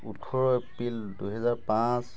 ওঁঠৰ এপ্ৰিল দুহেজাৰ পাঁচ